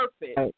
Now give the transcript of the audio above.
perfect